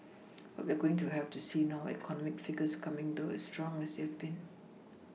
what we're going to have to see now are economic figures coming through as strong as they have been